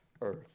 earth